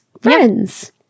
friends